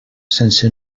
sense